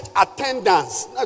attendance